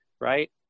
Right